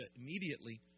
immediately